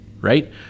Right